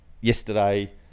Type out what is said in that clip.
yesterday